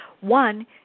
One